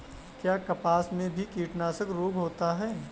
क्या कपास में भी कीटनाशक रोग होता है?